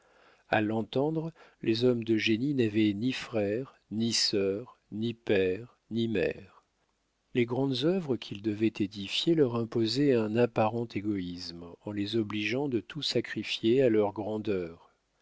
a l'entendre les hommes de génie n'avaient ni frères ni sœurs ni pères ni mères les grandes œuvres qu'ils devaient édifier leur imposaient un apparent égoïsme en les obligeant de tout sacrifier à leur grandeur